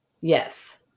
Yes